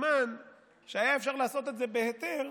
זמן שהיה אפשר לעשות את זה בהיתר,